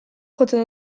jotzen